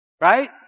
Right